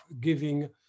giving